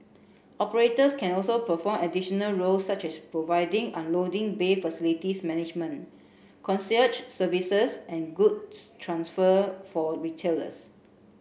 operators can also perform additional roles such as providing unloading bay facilities management concierge services and goods transfer for retailers